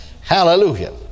hallelujah